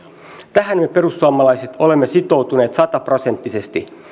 tähän me perussuomalaiset olemme sitoutuneet sataprosenttisesti